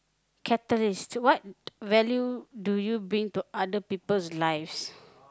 catalyst what value do you bring to other people's lives